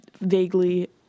vaguely